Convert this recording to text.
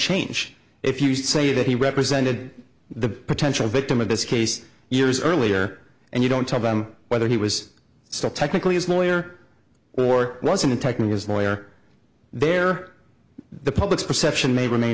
change if you say that he represented the potential victim of this case years earlier and you don't tell them whether he was still technically is neuer or wasn't taking his lawyer there the public's perception may rema